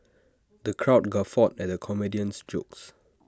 the crowd guffawed at the comedian's jokes